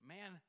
Man